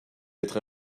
être